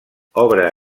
obra